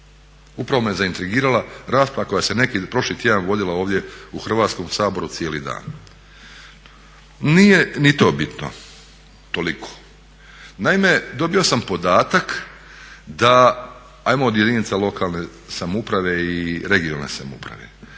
Upravo me zaintrigirala rasprava koja se prošli tjedan vodila ovdje u Hrvatskom saboru cijeli dan. Nije ni to bitno toliko. Naime, dobio sam podatak da, ajmo od jedinica lokalne samouprave i regionalne samouprave